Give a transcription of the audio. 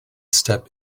step